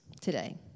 today